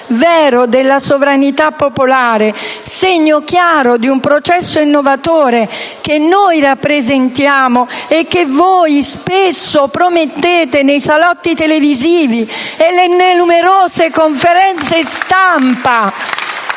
vero della sovranità popolare, segno chiaro di un processo innovatore che noi rappresentiamo e che voi spesso promettete nei salotti televisivi e nelle numerose conferenze stampa,